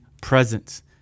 presence